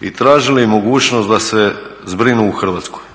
i tražili mogućnost da se zbrinu u Hrvatskoj.